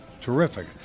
terrific